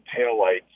taillights